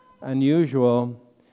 unusual